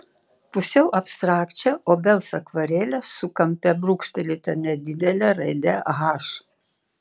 pusiau abstrakčią obels akvarelę su kampe brūkštelėta nedidele raide h